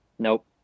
Nope